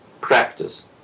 practice